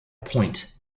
point